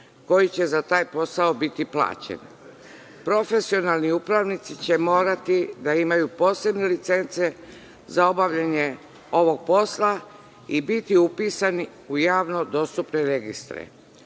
koji će za taj posao biti plaćen. Profesionalni upravnici će morati da imaju posebne licence za obavljanje ovog posla i biti upisani u javno dostupne registre.